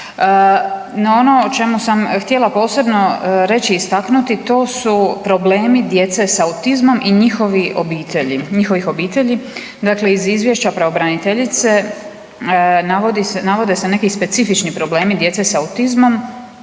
ono o čemu sam htjela posebno reći i istaknuti, to su problemi djece s autizmom i njihovih obitelji, dakle iz izvješća pravobraniteljice, navode se neki specifični problemi djece s autizmom